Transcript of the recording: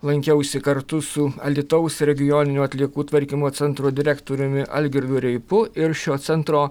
lankiausi kartu su alytaus regioninio atliekų tvarkymo centro direktoriumi algirdu reipu ir šio centro